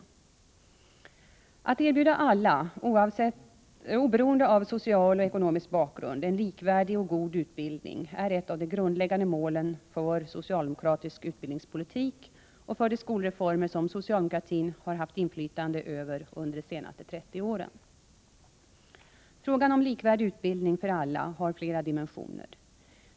Att erbjuda alla, oberoende av social och ekonomisk bakgrund, en likvärdig och god utbildning är ett av de grundläggande målen för socialdemokratisk utbildningspolitik och för de skolreformer som socialdemokratin har haft inflytande över under de senaste 30 åren. Frågan om likvärdig utbildning för alla har flera dimensioner.